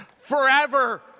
Forever